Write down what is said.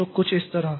तो कुछ इस तरह